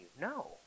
No